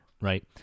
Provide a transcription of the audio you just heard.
right